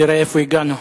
תראה איפה הגענו.